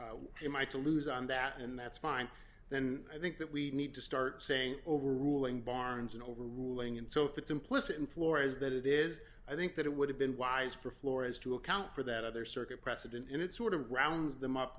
i to lose on that and that's fine then i think that we need to start saying overruling barnes and overruling and so it's implicit in floor is that it is i think that it would have been wise for flora's to account for that other circuit precedent and it sort of rounds them up